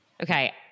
Okay